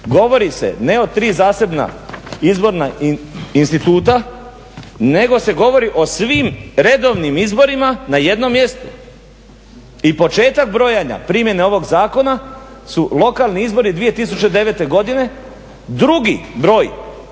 govori se ne o tri zasebna izborna instituta nego se govori o svim redovnim izborima na jednom mjestu. I početak brojenja primjene ovog zakona su lokalni izbori 2009. godine, drugi broj